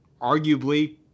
arguably